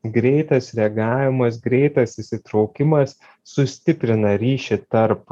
greitas reagavimas greitas įsitraukimas sustiprina ryšį tarp